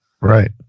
Right